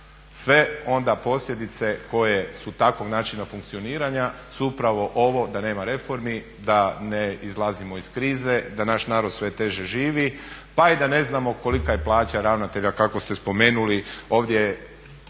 sve onda posljedice koje su takvog načina funkcioniranja su upravo ovo da nema reformi, da ne izlazimo iz krize, da naš narod sve teže živi, pa i da ne znamo kolika je plaća ravnatelja kako ste spomenuli. Ovdje